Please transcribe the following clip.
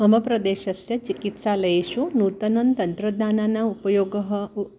मम प्रदेशस्य चिकित्सालयेषु नूतनं तन्त्रज्ञानम् उपयोगः उत